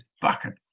bucket